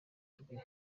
rwe